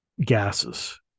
gases